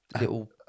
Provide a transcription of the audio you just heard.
little